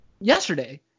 yesterday